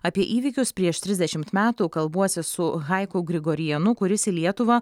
apie įvykius prieš trisdešimt metų kalbuosi su hajku grigorianu kuris į lietuvą